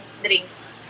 drinks